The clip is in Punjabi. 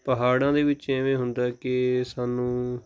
ਪਹਾੜਾਂ ਦੇ ਵਿੱਚ ਐਵੇਂ ਹੁੰਦਾ ਕੇ ਸਾਨੂੰ